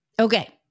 Okay